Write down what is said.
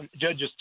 Judges